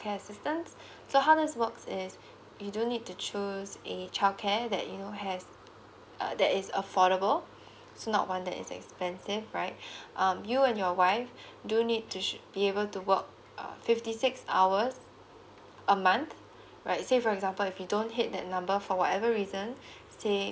childcare system so how does works is you do need to choose a childcare and that you know has a that is affordable it's not one that is expensive right um you and your wife do need to should be able to work uh fifty six hours a month right say for example if you don't hit that number for whatever reasons say